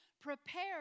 Prepare